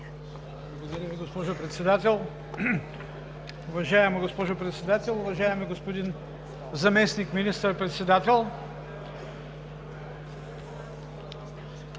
Благодаря Ви, госпожо Председател. Уважаема госпожо Председател! Уважаеми господин Заместник министър-председател,